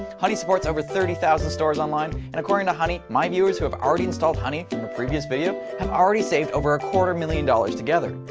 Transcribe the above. honey supports over thirty thousand stores online and according to honey my viewers who have already installed honey from a previous video have and already saved over a quarter million dollars together.